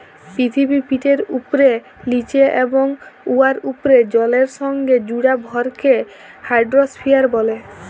পিথিবীপিঠের উপ্রে, লিচে এবং উয়ার উপ্রে জলের সংগে জুড়া ভরকে হাইড্রইস্ফিয়ার ব্যলে